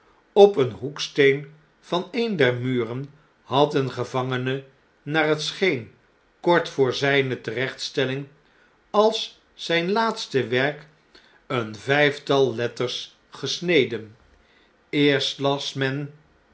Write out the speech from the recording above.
op een hoeksteen van een der muren had een gevangene naar het scheen kort voor zijne terechtstelling als zjjn laatste werk een vflftal letters gesneden eerst las men